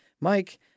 Mike